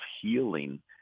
healing